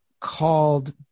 called